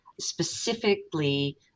specifically